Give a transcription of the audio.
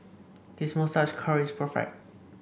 his moustache curl is perfect